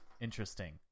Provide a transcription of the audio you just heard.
Interesting